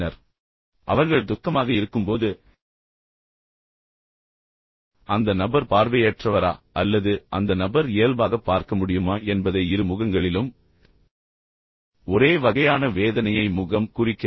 எனவே அவர்கள் துக்கமாக இருக்கும்போது அந்த நபர் பார்வையற்றவரா அல்லது அந்த நபர் இயல்பாகப் பார்க்க முடியுமா என்பதை இரு முகங்களிலும் ஒரே வகையான வேதனையை முகம் குறிக்கிறது